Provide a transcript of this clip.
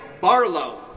Barlow